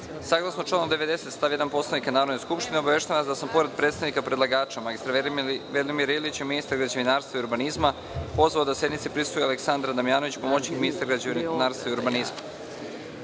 članu 90. stav 1. Poslovnika Narodne skupštine, obaveštavam vas da sam, pored predstavnika predlagača mr Velimira Ilića, ministra građevinarstva i urbanizma, pozvao da sednici prisustvuje i Aleksandra Damjanović, pomoćnik ministra građevinarstva i urbanizma. Prelazimo